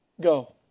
Go